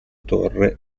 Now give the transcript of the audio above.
torre